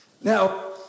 Now